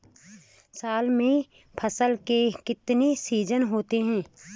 साल में फसल के कितने सीजन होते हैं?